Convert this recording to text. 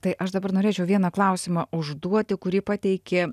tai aš dabar norėčiau vieną klausimą užduoti kurį pateikė